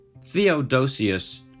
Theodosius